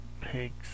pigs